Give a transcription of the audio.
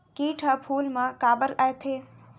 किट ह फूल मा काबर आथे?